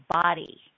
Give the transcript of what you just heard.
body